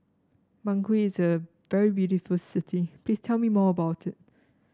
Bangui is a very beautiful city please tell me more about it